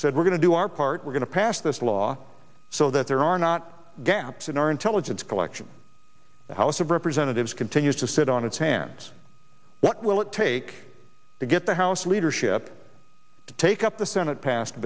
said we're going to do our part we're going to pass this law so that there are not gaps in our intelligence collection the house of representatives continues to sit on its hands what will it take to get the house leadership to take up the senate passed